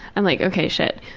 i'm like, ok, shit.